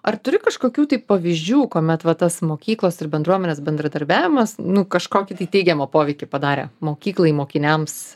ar turi kažkokių tai pavyzdžių kuomet va tas mokyklos ir bendruomenės bendradarbiavimas nu kažkokį tai teigiamą poveikį padarė mokyklai mokiniams